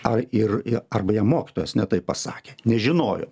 ar ir i arba jam mokytojas ne taip pasakė nežinojo